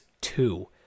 two